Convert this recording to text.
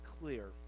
clear